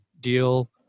deal